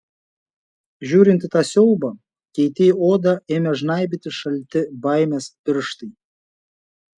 žiūrint į tą siaubą keitei odą ėmė žnaibyti šalti baimės pirštai